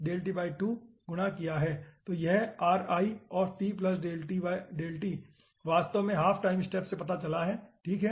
तो यह वास्तव में हाफ टाइम स्टेप से पता चला है ठीक है